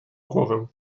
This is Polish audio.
głowę